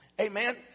Amen